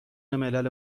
ملل